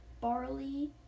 Barley